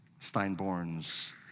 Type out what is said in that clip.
Steinborns